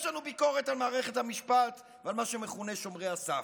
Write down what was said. יש לנו ביקורת על מערכת המשפט ועל מה שמכונה שומרי הסף,